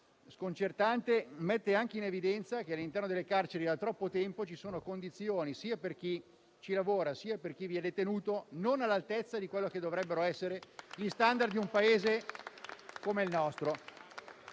sconcertante mette anche in evidenza che, all'interno delle carceri, da troppo tempo vi sono condizioni, sia per chi vi lavora, sia per chi è detenuto, non all'altezza di quelli che dovrebbero essere gli *standard* di un Paese come il nostro.